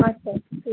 আচ্ছা